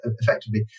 effectively